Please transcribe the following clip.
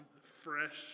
fresh